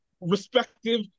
respective